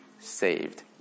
saved